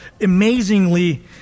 amazingly